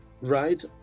Right